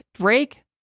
drake